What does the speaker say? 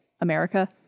America